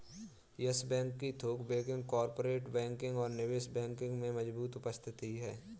yes Bank की थोक banking, corporate banking और निवेश बैंकिंग में मजबूत उपस्थिति है